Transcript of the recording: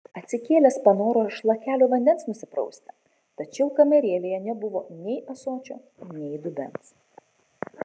atsikėlęs panoro šlakelio vandens nusiprausti tačiau kamarėlėje nebuvo nei ąsočio nei dubens